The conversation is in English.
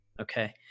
okay